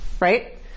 Right